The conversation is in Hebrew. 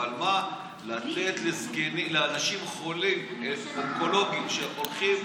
אבל מה, לתת לאנשים חולים אונקולוגיים שהולכים